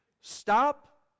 Stop